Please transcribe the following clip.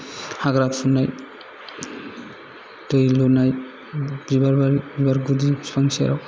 हाग्रा फुनाय दै लुनाय बिबार बारि बिबार गुदि फिफां सेराव